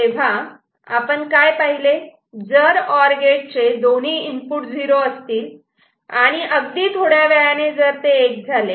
तेव्हा आपण काय पाहिले जर ऑर गेट दोन्ही इनपुट 0 असतील आणि अगदी थोड्यावेळाने जर ते 1 झाले